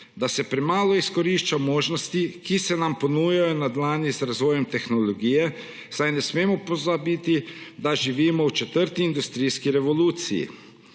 da se premalo izkorišča možnosti, ki se nam ponujajo na dlani z razvojem tehnologije, saj ne smemo pozabiti, da živimo v četrti industrijski revoluciji.